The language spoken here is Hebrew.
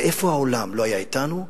ואיפה העולם לא היה אתנו?